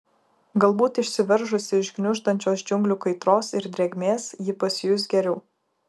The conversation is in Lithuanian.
galbūt išsiveržusi iš gniuždančios džiunglių kaitros ir drėgmės ji pasijus geriau